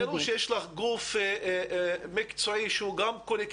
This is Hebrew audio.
ההבדל הוא שיש לך גוף מקצועי שהוא קולקטיבי,